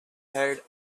heard